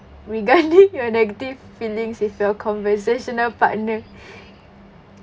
regarding your negative feelings with your conversational partner